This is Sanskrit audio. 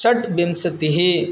षङ्विंशतिः